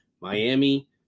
Miami